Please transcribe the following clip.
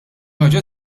ħaġa